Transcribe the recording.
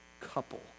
couple